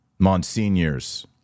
monsignors